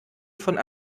von